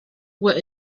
were